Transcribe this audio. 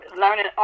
learning